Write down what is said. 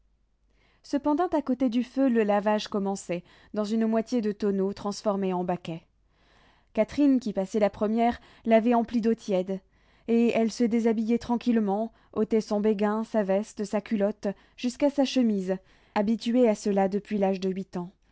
cependant à côté du feu le lavage commençait dans une moitié de tonneau transformée en baquet catherine qui passait la première l'avait empli d'eau tiède et elle se déshabillait tranquillement ôtait son béguin sa veste sa culotte jusqu'à sa chemise habituée à cela depuis l'âge de huit ans